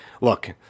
look